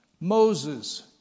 Moses